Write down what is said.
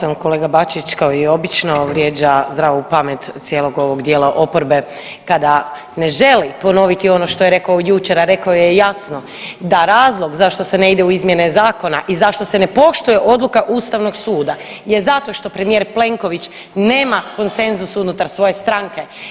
Čl. 238. kolega Bačić kao i obično vrijeđa zdravu pamet cijelog ovog dijela oporbe kada ne želi ponoviti ono što je rekao jučer, a rekao je jasno da razlog zašto se ne ide u izmjene zakona i zašto se ne poštuje odluka ustavnog suda je zato što premijer Plenković nema konsenzus unutar svoje stranke.